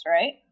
right